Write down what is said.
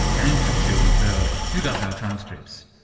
and to julie burleigh who does our transcripts.